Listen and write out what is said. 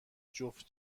جفت